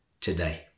today